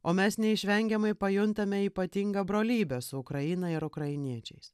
o mes neišvengiamai pajuntame ypatingą brolybę su ukraina ir ukrainiečiais